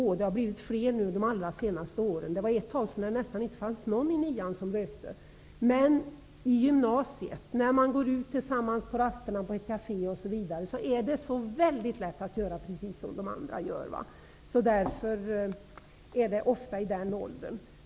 Under de allra senaste åren har fler ungdomar börjat röka, medan det ett tag nästan inte fanns någon i årskurs 9 som rökte. När man i gymnasiet går ut på rast tillsammans eller när man går till ett kafé osv., är det väldigt lätt att göra precis som andra. Faran för att börja röka är därför ofta stor i den åldern.